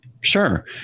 Sure